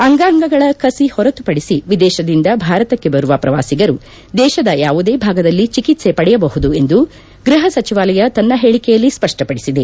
ಅಂಗಾಂಗಗಳ ಕಸಿ ಹೊರತುಪಡಿಸಿ ವಿದೇಶದಿಂದ ಭಾರತಕ್ಷೆ ಬರುವ ಪ್ರವಾಸಿಗರು ದೇಶದ ಯಾವುದೇ ಭಾಗದಲ್ಲಿ ಚಿಕಿತ್ತೆ ಪಡೆಯಬಹುದು ಎಂದು ಗ್ಲಹ ಸಚಿವಾಲಯ ತನ್ನ ಹೇಳಿಕೆಯಲ್ಲಿ ಸ್ಪಷ್ಷಪಡಿಸಿದೆ